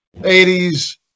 80s